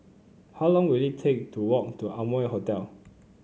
how long will it take to walk to Amoy Hotel